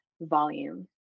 volume